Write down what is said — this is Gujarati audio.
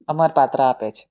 અમર પાત્ર આપે છે